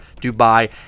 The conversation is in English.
Dubai